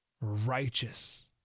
righteous